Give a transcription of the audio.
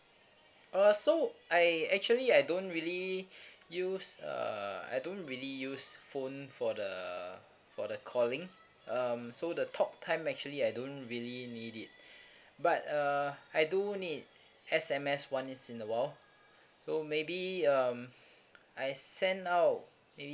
uh so I actually I don't really use err I don't really use phone for the for the calling um so the talk time actually I don't really need it but uh I do need S_M_S one is in the while so maybe um I send out maybe